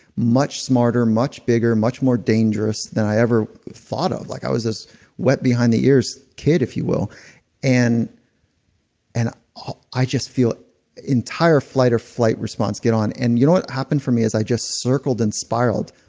much smarter, much bigger, much more dangerous than i ever thought of. like i was just wet behind the ears kid if you will and and ah i just feel entire fight or flight response get on. and you know what happened for me is i just circled and spiraled.